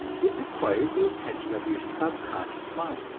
it requires the attention of your subconscious mind,